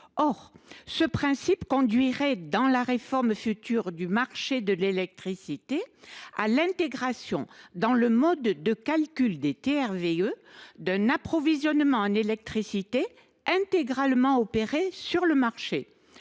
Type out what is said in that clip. ce qui conduira, dans la réforme future du marché de l’électricité, à l’intégration, dans le mode de calcul des TRV, d’un approvisionnement en électricité intégralement opéré sur le marché.